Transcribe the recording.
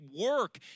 work